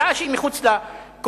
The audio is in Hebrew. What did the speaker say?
דעה שהיא מחוץ לקונסנזוס,